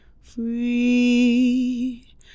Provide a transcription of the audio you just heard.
free